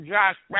Josh